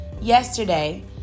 yesterday